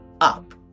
up